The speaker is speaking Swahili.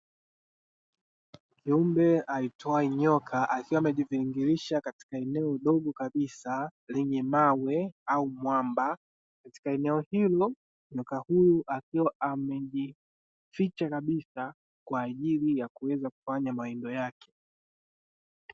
Kiumbe aitwaje nyoka akiwa amejivingirisha katika eneo dogo kabisa lenye mawe au mwamba katika eneo hilo, nyoka huyu akiwa amejificha kabisa kwaajili yakuweza kufanya mawindo yake.